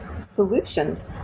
solutions